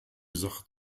sache